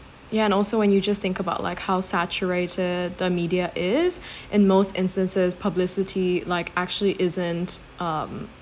ya and also when you just think about like how saturated the media is in most instances publicity like actually isn't um